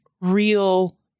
real